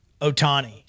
Otani